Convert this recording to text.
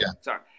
sorry